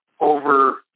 over